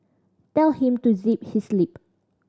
tell him to zip his lip